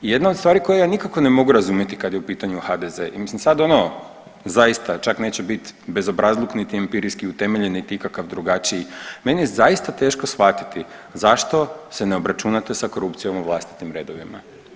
Jedna od stvari koje ja nikako ne mogu razumjeti kad je u pitanju HDZ, i mislim sad ono, zaista, čak neće bit bezobrazluk niti empirijski utemeljen niti ikakav drugačiji, meni je zaista teško shvatiti zašto se ne obračunate sa korupcijom u vlastitim redovima?